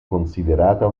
considerata